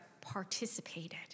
participated